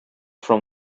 from